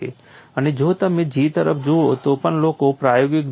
અને જો તમે G તરફ જુઓ તો પણ લોકો પ્રાયોગિક ધોરણે G